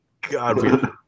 God